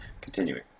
continuing